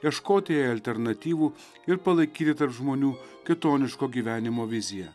ieškoti alternatyvų ir palaikyti tarp žmonių kitoniško gyvenimo viziją